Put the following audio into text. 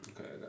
Okay